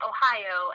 Ohio